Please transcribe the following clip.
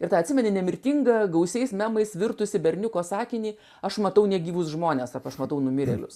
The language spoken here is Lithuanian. ir tą atsimeni nemirtingą gausiais memais virtusį berniuko sakinį aš matau negyvus žmones arba aš matau numirėlius